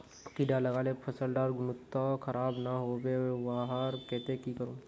कीड़ा लगाले फसल डार गुणवत्ता खराब ना होबे वहार केते की करूम?